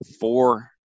four